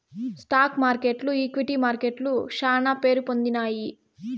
stock మార్కెట్లు equity మార్కెట్లు శానా పేరుపొందినాయి